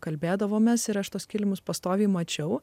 kalbėdavomės ir aš tuos kilimus pastoviai mačiau